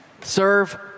serve